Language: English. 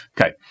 Okay